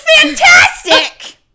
fantastic